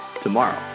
tomorrow